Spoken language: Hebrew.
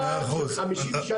מאה אחוז.